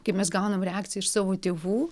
kai mes gaunam reakciją iš savo tėvų